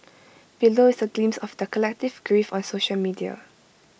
below is A glimpse of their collective grief on social media